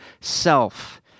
self